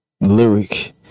lyric